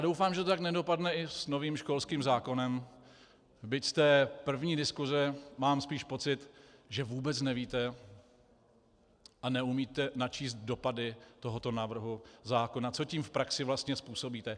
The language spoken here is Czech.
Doufám, že to tak nedopadne i s novým školským zákonem, byť z té první diskuse mám spíš pocit, že vůbec nevíte a neumíte načíst dopady tohoto návrhu zákona, co tím v praxi vlastně způsobíte.